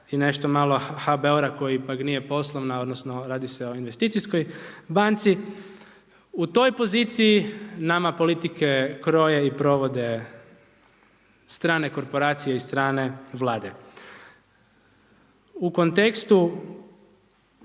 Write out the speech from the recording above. i nešto malo HBOR-a koji pak nije poslovna, odnosno radi se o investicijskoj banci. U toj poziciji nama politike kroje i provode stane korporacije i strane vlade. U kontekstu,